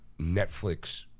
Netflix